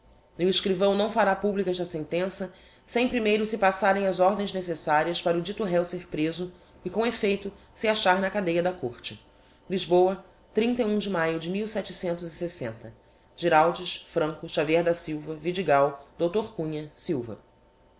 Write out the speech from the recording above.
e o escrivão não fará publica esta sentença sem primeiro se passarem as ordens necessarias para o dito réo ser preso e com effeito se achar na cadêa da côrte lisboa trinta e um de maio de jirau de francos a ver da silva vidigal doutor cunha silva